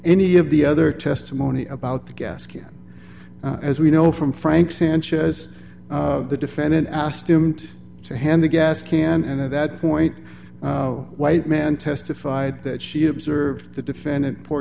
any of the other testimony about the gas can as we know from frank sanchez the defendant asked him to hand a gas can and at that point white man testified that she observed the defendant po